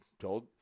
told